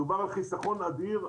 מדובר על חיסכון אדיר.